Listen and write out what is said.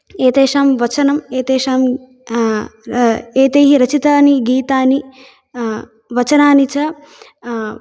एतेषां वचनं एतेषां एतैः रचितानि गीतानि वचनानि च